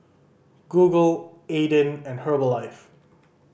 Google Aden and Herbalife